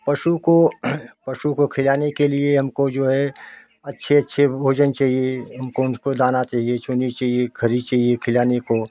पशु को पशु को खिलाने के लिए हमको जो है अच्छे अच्छे भोजन चाहिए उनको दाना चाहिए सुनी चाहिए खरी चाहिए खिलाने को